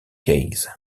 case